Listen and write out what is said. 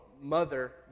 mother